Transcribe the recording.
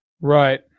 Right